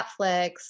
Netflix